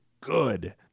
good